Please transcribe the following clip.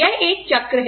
यह एक चक्र है